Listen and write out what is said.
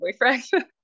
boyfriend